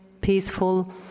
peaceful